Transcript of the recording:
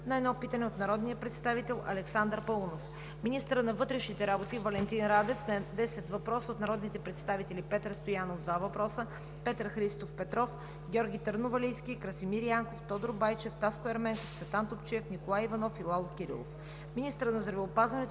на едно питане от народния представител Александър Паунов; - министърът на вътрешните работи Валентин Радев – на десет въпроса от народните представители Димитър Стоянов (два въпроса), Петър Христов Петров, Георги Търновалийски, Красимир Янков, Тодор Байчев, Таско Ерменков, Цветан Топчиев, Николай Иванов, и Лало Кирилов; - министърът на здравеопазването